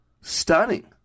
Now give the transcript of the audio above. Stunning